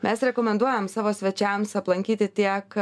mes rekomenduojam savo svečiams aplankyti tiek